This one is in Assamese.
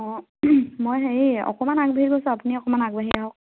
অঁ মই হেৰি অকমান আগবাঢ়ি গৈছোঁ আপুনি অকমান আগবাঢ়ি আহক